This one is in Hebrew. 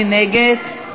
מי נגד?